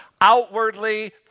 outwardly